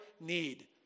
need